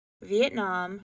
Vietnam